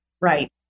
Right